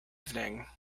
evening